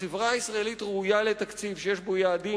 החברה הישראלית ראויה לתקציב שיש בו יעדים